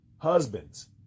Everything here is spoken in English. Husbands